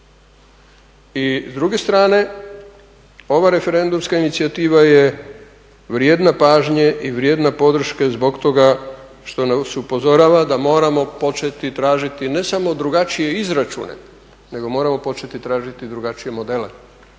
I s druge strane ova referendumska inicijativa je vrijedna pažnje i vrijedna podrške zbog toga što nas upozorava da moram početi tražiti ne samo drugačije izračune nego moramo početi tražiti drugačije modele